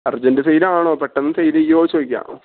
urgent sale ആണോ പെട്ടെന്ന് sale ചെയ്യുമോ ചോദിക്കുവാണ്